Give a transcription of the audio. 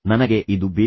ನನಗೆ ಇದು ಬೇಕು